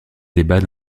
débat